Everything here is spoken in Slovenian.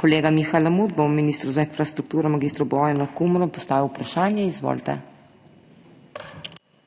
Kolega Miha Lamut bo ministru za infrastrukturo mag. Bojanu Kumru postavil vprašanje. Izvolite.